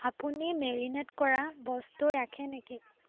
আপুনি মেৰিনেট কৰা বস্তু ৰাখে নেকি